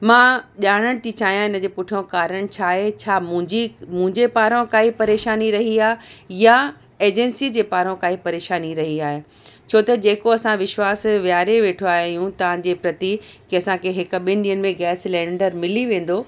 मां ॼाणण थी चाहियां इनजे पुठियों कारण छाहे छा मुंहिंजी मुंहिंजे पारां काई परेशानी रही आहे या एजेंसी जे पारां काई परेशानी रही आहे छो त जेको असां विश्वास विहारे वेठा आहियूं तव्हां जे प्रति कि असांखे हिकु ॿिनि ॾींहंनि में गैस सिलेंडर मिली वेंदो